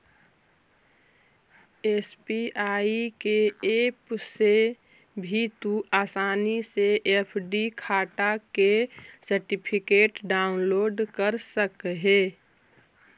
SBI के app से भी तू आसानी से एफ.डी खाटा के सर्टिफिकेट डाउनलोड कर सकऽ हे